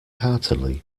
heartily